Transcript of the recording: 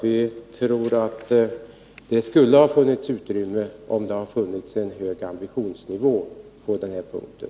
Vi tror att det skulle ha varit utrymme om det hade funnits högre ambitionsnivå på den här punkten.